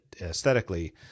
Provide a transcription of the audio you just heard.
aesthetically